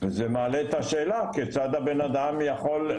וזה מעלה את השאלה כיצד הבנאדם יכול,